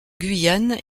guyane